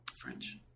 French